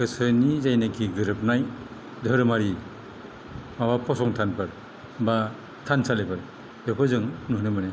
गोसोनि जायनाकि गोरोबनाय धोरोमारि माबा फसंथानफोर बा थानसालिफोर बेखौ जों नुनो मोनो